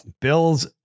Bills